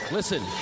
Listen